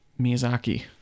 Miyazaki